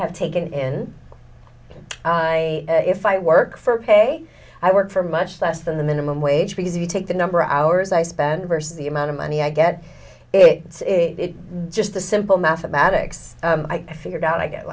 have taken in i if i work for pay i work for much less than the minimum wage because if you take the number of hours i spend versus the amount of money i get it it's just the simple mathematics i figured out i get